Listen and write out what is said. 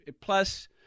plus